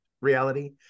reality